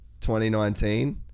2019